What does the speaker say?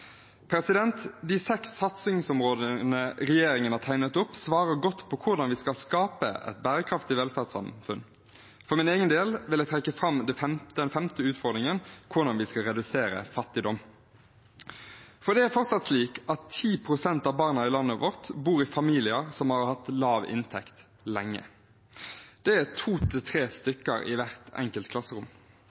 De seks satsingsområdene regjeringen har tegnet opp, svarer godt på hvordan vi skal skape et bærekraftig velferdssamfunn. For min egen del vil jeg trekke fram den femte utfordringen – hvordan vi skal redusere fattigdom. For det er fortsatt slik at 10 pst. av barna i landet vårt bor i familier som har hatt lav inntekt lenge. Det er to–tre stykker i hvert enkelt klasserom.